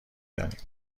دانیم